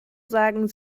sagen